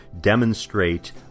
demonstrate